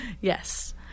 Yes